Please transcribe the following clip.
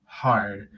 hard